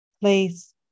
place